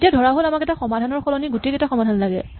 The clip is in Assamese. এতিয়া ধৰাহ'ল আমাক এটা সমাধানৰ সলনি গোটেইকেইটা সমাধান লাগে